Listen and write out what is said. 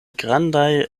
grandaj